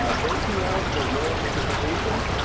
ah thank you all for your participation.